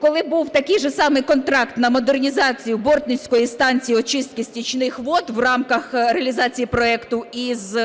коли був такий же самий контракт на модернізацію Бортницької станції очистки стічних вод в рамках реалізації проекту із,